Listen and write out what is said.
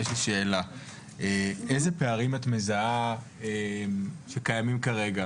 יש לי שאלה: איזה פערים שקיימים כרגע